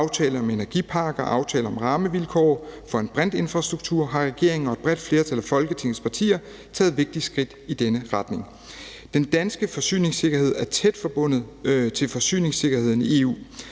aftale om energiparker og aftaler om rammevilkår for en brintinfrastruktur har regeringen og et bredt flertal af Folketingets partier taget vigtige skridt i denne retning. Den danske forsyningssikkerhed er tæt forbundet til forsyningssikkerheden i EU.